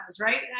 right